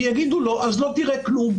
כי יגידו לו, אז לא תראה כלום.